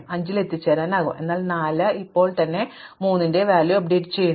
അതിനാൽ 5 എത്തിച്ചേരാനാകും എന്നാൽ 4 ഇപ്പോൾ തന്നെ 3 ന്റെ മൂല്യം അപ്ഡേറ്റുചെയ്തു